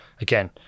Again